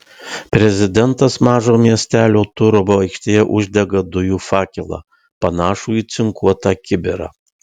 prezidentas mažo miestelio turovo aikštėje uždega dujų fakelą panašų į cinkuotą kibirą